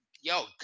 Yo